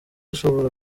ashobora